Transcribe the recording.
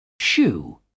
Shoe